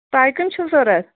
تۄہہِ کٕم چھُو ضروٗرت